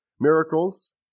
miracles